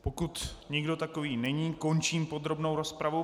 Pokud nikdo takový není, končím podrobnou rozpravu.